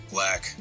Black